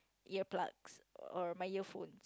earplugs or my earphone